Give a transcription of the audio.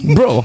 Bro